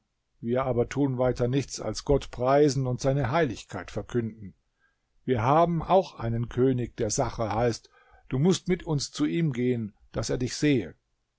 wir aber tun weiter nichts als gott preisen und seine heiligkeit verkünden wir haben auch einen könig der sachr heißt du mußt mit uns zu ihm gehen daß er dich sehe